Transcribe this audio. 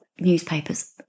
newspapers